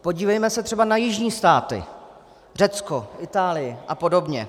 Podívejme se třeba na jižní státy: Řecko, Itálii a podobně.